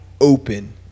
open